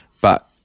But-